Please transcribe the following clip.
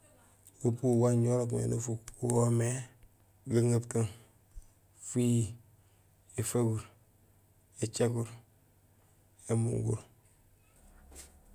Upu wanjo urok mé nufuk wo woomé gaŋeputung, fuyihi, éfaguur, écaguur, émunguur.